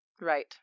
right